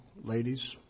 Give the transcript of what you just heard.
ladies